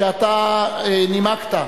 אתה נימקת,